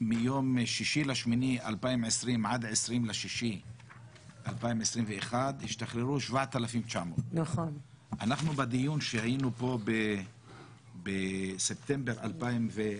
מיום 6.8.2020 עד 20.6.2021 ישתחררו 7,900. אנחנו בדיון שהיינו פה בספטמבר 2020,